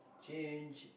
change